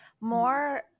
More